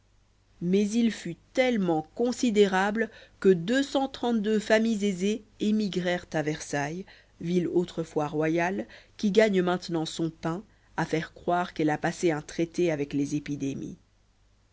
mais il fut tellement considérable que familles aisées émigrèrent à versailles ville autrefois royale qui gagne maintenant son pain à faire croire qu'elle a passé un traité avec les épidémies